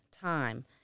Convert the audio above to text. time